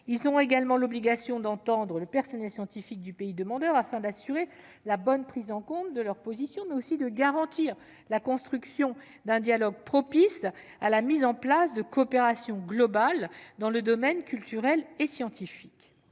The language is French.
Ils auront également l'obligation d'entendre le personnel scientifique du pays demandeur, afin d'assurer la bonne prise en compte de ses positions et de garantir la construction d'un dialogue propice à la mise en place de coopérations globales dans le domaine culturel et scientifique.